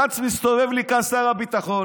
גנץ מסתובב לי כאן שר הביטחון,